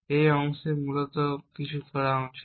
এই অংশে মূলত কিছু করা উচিত